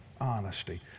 honesty